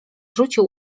rzucił